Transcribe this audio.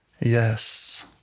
Yes